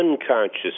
unconscious